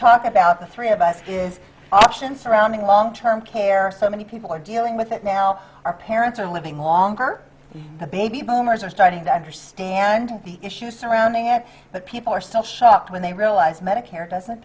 talk about the three of us is option surrounding long term care so many people are dealing with it now our parents are living longer and the baby boomers are starting to understand the issues surrounding it but people are still shocked when they realize medicare doesn't